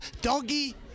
Doggy